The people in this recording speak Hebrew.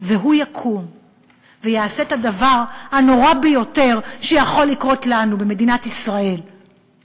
והוא יקום ויעשה את הדבר הנורא ביותר שיכול לקרות לנו במדינת ישראל,